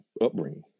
upbringing